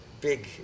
big